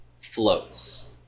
floats